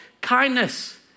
kindness